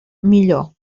millor